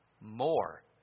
More